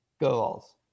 Goals